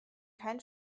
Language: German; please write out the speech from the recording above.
kein